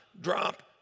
Drop